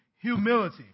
humility